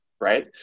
right